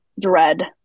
dread